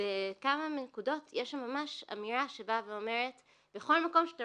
בכמה נקודות יש שם ממש אמירה שבאה ואומרת "בכל מקום שאתה